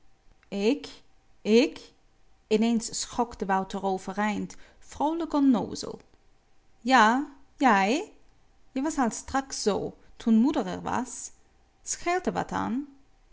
ik ik in-eens schokte wouter overeind vroolijk onnoozel ja jij je was al straks zoo toen moeder er was scheelt er wat aan